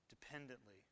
dependently